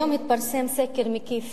היום התפרסם סקר מקיף